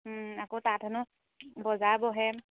আকৌ তাত হেনো বজাৰ বহে